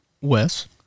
Wes